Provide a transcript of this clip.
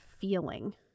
feeling